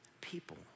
people